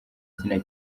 izina